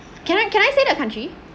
can I can I say the country